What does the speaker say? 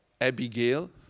Abigail